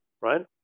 right